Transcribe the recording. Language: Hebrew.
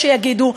יש שיגידו,